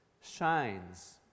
shines